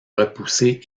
repoussé